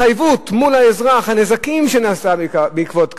התחייבות מול האזרח, הנזקים שנעשו בעקבות כך,